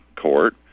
Court